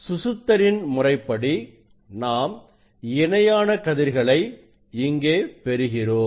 சுசுத்தரின் முறைப்படி Schuster's method நாம் இணையான கதிர்களை இங்கே பெறுகிறோம்